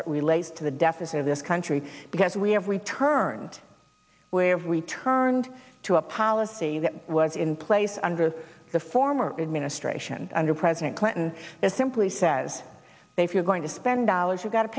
it relates to the deficit of this country because we have returned where we turned to a policy that was in place under the former administration under president clinton it simply says they've you're going to spend dollars you've got